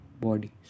bodies